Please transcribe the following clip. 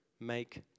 make